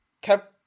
kept